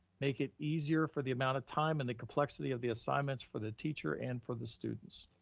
make it easier for the amount of time and the complexity of the assignments for the teacher and for the students.